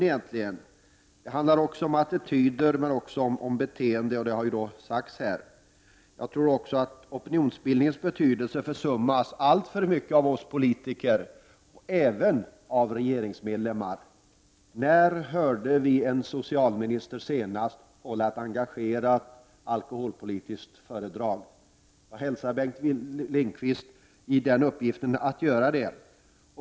Det handlar också om attityder och beteenden, som jag tidigare sagt. Jag tror att opinionsbildningens betydelse försummas alltför mycket av oss politiker, också av regeringsmedlemmar. När hörde vi en socialminister senast hålla ett engagerat alkoholpolitiskt föredrag? Jag hälsar Bengt Lindqvist välkommen att göra det.